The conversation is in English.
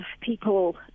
people